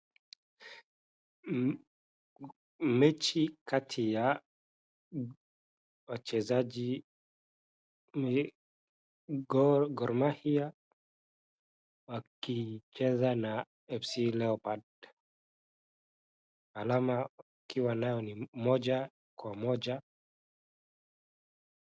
Mechi kati ya wachezaji Gor Mahia wakicheza na FC Leopards alama wakiwa nayo ni moja kwa moja...